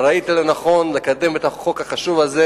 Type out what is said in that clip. ראית לנכון לקדם את החוק החשוב הזה